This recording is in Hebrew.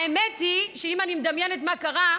האמת היא שאם אני מדמיינת מה קרה,